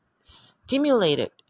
stimulated